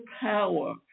power